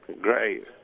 Great